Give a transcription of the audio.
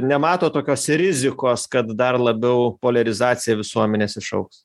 nematot tokios rizikos kad dar labiau poliarizacija visuomenės išaugs